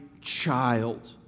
child